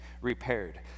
repaired